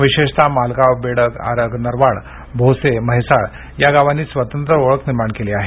विशेषतः मालगाव बेडग आरग नरवाड भोसे म्हैसाळ गावांनी स्वतंत्र ओळख निर्माण केली आहे